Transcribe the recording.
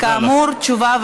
תודה לך.